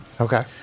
Okay